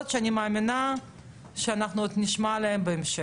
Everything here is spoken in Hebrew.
שאני מאמינה שאנחנו עוד נשמע עליהן בהמשך.